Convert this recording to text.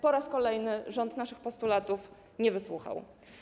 Po raz kolejny rząd naszych postulatów nie wysłuchał.